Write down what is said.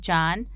John